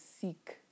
seek